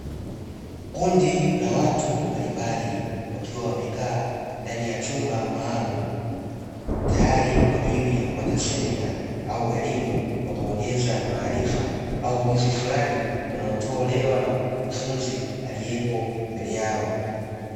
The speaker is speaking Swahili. Kundi la watu mbalimbali wakiwa wamekaa ndani ya chumba maalumu tayari kwa ajili ya kupata semina au elimu, kwa kuongeza maarifa au ujuzi fulani unaotolewa na mkufunzi aliyepo mbele yao.